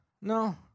no